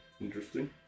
Interesting